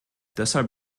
deshalb